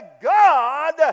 God